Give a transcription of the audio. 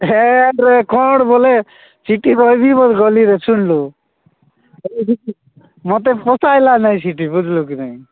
ହେଟ୍ରେ କ'ଣ ବୋଲେ ସିଠି ରହିବି ମୋର ଗଲିରେ ଶୁଣିଲୁ ମତେ ପୋସାଇଲା ନାଇଁ ସିଠି ବୁଝିଲୁ କି ନାଇଁ